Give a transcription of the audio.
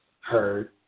Heard